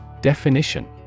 Definition